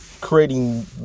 creating